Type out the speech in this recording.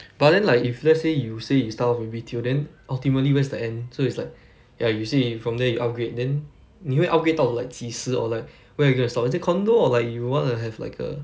but then like if let's say you say you start off with B_T_O then ultimately where's the end so it's like ya you say you from there you upgrade then 你会 upgrade 到 like 几时 or like when are you going to stop it's a condo or like you wanna have like a